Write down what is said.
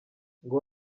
ngo